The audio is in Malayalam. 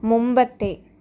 മുമ്പത്തെ